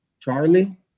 Charlie